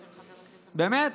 באמת,